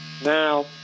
Now